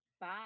Bye